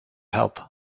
help